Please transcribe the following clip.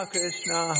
Krishna